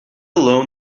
below